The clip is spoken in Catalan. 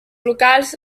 locals